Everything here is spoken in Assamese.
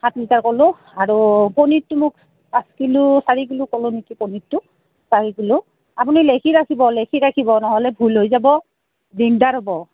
সাত লিটাৰ কলোঁ আৰু পনীৰটো মোক পাঁচ কিলো চাৰি কিলো কলো নেকি পনীৰটো চাৰি কিলো আপুনি লেখি ৰাখিব লেখি ৰাখিব নহ'লে ভুল হৈ যাব দিগদাৰ হ'ব